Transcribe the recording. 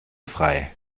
frei